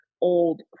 old